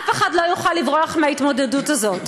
אף אחד לא יוכל לברוח מההתמודדות הזאת.